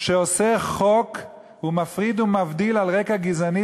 שעושה חוק ומפריד ומבדיל על רקע גזעני